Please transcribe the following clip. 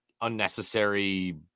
Unnecessary